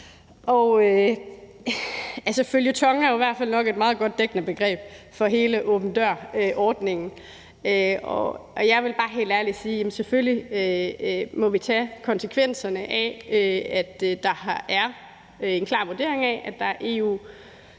fald nok et meget godt dækkende begreb for hele åben dør-ordningen, og jeg vil bare helt ærligt sige, at selvfølgelig må vi tage konsekvenserne af, at der er en klar vurdering af, at der